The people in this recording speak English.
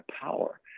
power